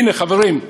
הנה, חברים,